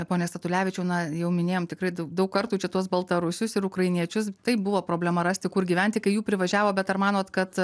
pone statulevičiaus na jau minėjom tikrai dau daug kartų čia tuos baltarusius ir ukrainiečius tai buvo problema rasti kur gyventi kai jų privažiavo bet ar manot kad